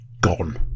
gone